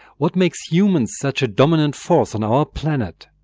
what makes humans such a dominant force on our planet?